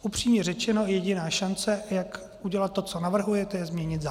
Upřímně řečeno, jediná šance, jak udělat to, co navrhujete, je změnit zákon.